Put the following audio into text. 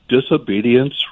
disobedience